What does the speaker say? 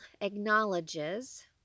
acknowledges